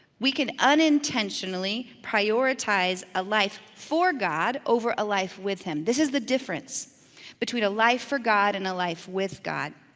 we could unintentionally prioritize a life for god over a life with him. this is the difference between a life for god and a life with god.